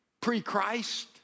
pre-Christ